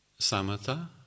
samatha